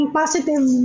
positive